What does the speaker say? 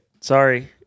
sorry